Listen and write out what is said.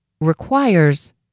requires